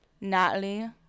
natalie